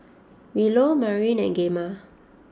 Willow Marylyn and Gemma